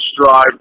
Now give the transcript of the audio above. drive